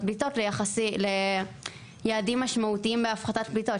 פליטות ליעדים משמעותיים בהפחתת פליטות,